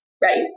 right